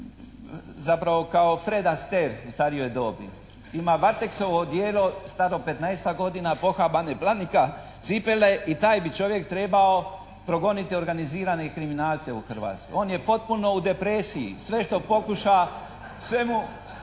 zapravo kao Fres Astaire u starijoj dobi. Ima "Varteksovo" odijelo staro 15.-tak godina, pohabane "Planika" cipele i taj bi čovjek trebao progoniti organizirane kriminalce u Hrvatskoj. On je potpuno u depresiji. Sve što pokuša sve mu